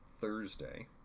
Thursday